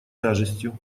тяжестью